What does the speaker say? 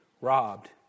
robbed